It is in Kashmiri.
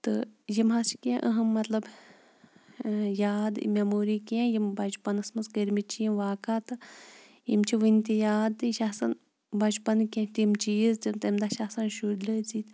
تہٕ یِم حظ چھِ کیٚنٛہہ اَہم مطلب یاد یہِ مٮ۪موری کیٚنٛہہ یِم بَچپَنَس منٛز کٔرۍمٕتۍ چھِ یِم واقع تہٕ یِم چھِ وٕنہِ تہِ یاد تہٕ یہِ چھِ آسان بَچپَنکٕۍ کیٚنٛہہ تِم چیٖز تَمہِ دۄہ چھِ آسان شُرۍ لٲزِی